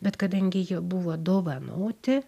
bet kadangi jie buvo dovanoti